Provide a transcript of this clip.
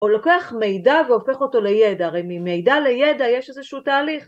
‫או לוקח מידע והופך אותו לידע. ‫הרי ממידע לידע יש איזשהו תהליך.